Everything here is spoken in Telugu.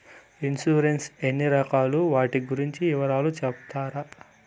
ఇన్సూరెన్సు ఎన్ని రకాలు వాటి గురించి వివరాలు సెప్తారా?